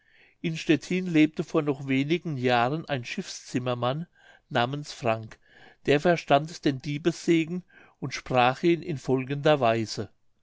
in stettin lebte vor noch wenigen jahren ein schiffszimmermann namens frank der verstand den diebessegen und sprach ihn in folgender weise